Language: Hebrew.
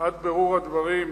עד בירור הדברים.